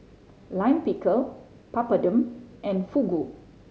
Lime Pickle Papadum and Fugu